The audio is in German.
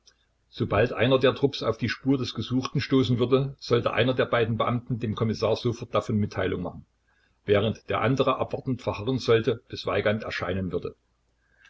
sobald einer der trupps auf die spur des gesuchten stoßen würde sollte einer der beiden beamten dem kommissar sofort davon mitteilung machen während der andere abwartend verharren sollte bis weigand erscheinen würde